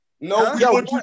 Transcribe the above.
No